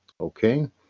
Okay